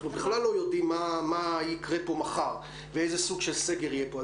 אנחנו בכלל לא יודעים מה יקרה פה מחר ואיזה סוג של סגר יהיה פה,